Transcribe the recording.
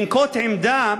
לנקוט עמדה